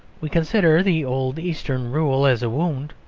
we consider the old eastern rule as a wound,